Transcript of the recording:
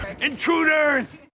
Intruders